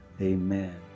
Amen